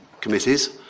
committees